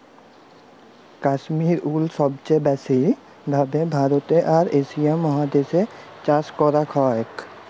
Kashmir wool সবচে ব্যাসি ভাবে ভারতে আর এশিয়া মহাদেশ এ চাষ করাক হয়ক